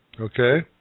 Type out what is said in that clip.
Okay